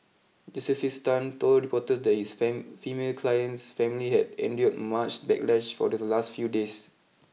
Josephus Tan told reporters that his female client's family had endured much backlash for the last few days